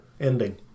ending